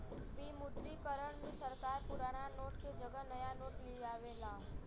विमुद्रीकरण में सरकार पुराना नोट के जगह नया नोट लियावला